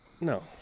No